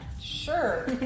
Sure